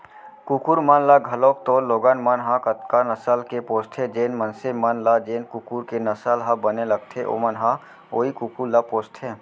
कुकुर मन ल घलौक तो लोगन मन ह कतका नसल के पोसथें, जेन मनसे मन ल जेन कुकुर के नसल ह बने लगथे ओमन ह वोई कुकुर ल पोसथें